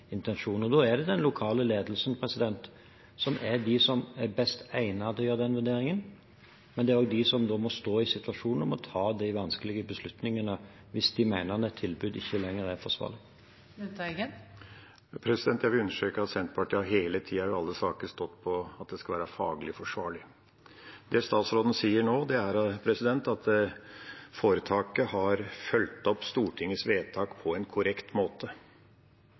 Da er det den lokale ledelsen som er de som er best egnet til å gjøre den vurderingen, men det er også de som da må stå i situasjonen, og må ta de vanskelige beslutningene, hvis de mener at et tilbud ikke lenger er forsvarlig. Jeg vil understreke at Senterpartiet hele tida og i alle saker har stått på at det skal være faglig forsvarlig. Det statsråden sier nå, er at foretaket har fulgt opp Stortingets vedtak på en korrekt måte.